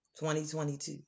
2022